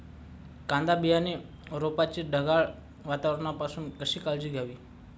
कांदा बियाणे रोपाची ढगाळ वातावरणापासून काळजी कशी घ्यावी?